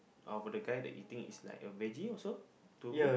uh for that guy the eating is like a veggie also to me